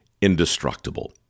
indestructible